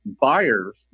buyers